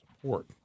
support